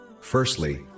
Firstly